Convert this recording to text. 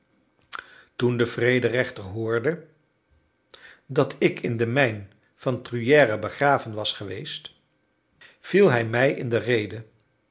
toen de vrederechter hoorde dat ik in de mijn van truyère begraven was geweest viel hij mij in de rede